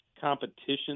competition